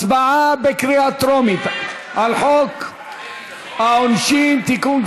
הצבעה בקריאה טרומית על חוק העונשין (תיקון,